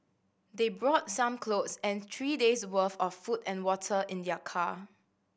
they brought some clothes and three days' worth of food and water in their car